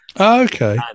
Okay